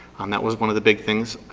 um that was one of the big things.